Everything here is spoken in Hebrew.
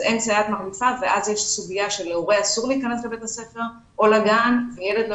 ואז עולה סוגיה שלהורה אסור להיכנס לבית הספר או לגן והילד לא